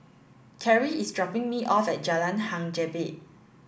Cary is dropping me off at Jalan Hang Jebat